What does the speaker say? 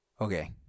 Okay